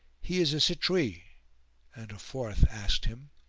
he is a citrouille and a fourth asked him,